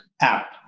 app